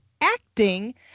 acting